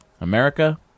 America